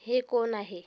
हे कोण आहे